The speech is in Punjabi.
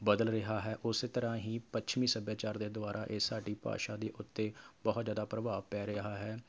ਬਦਲ ਰਿਹਾ ਹੈ ਉਸੇ ਤਰ੍ਹਾਂ ਹੀ ਪੱਛਮੀ ਸੱਭਿਆਚਾਰ ਦੇ ਦੁਆਰਾ ਇਹ ਸਾਡੀ ਭਾਸ਼ਾ ਦੇ ਉੱਤੇ ਬਹੁਤ ਜ਼ਿਆਦਾ ਪ੍ਰਭਾਵ ਪੈ ਰਿਹਾ ਹੈ